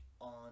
on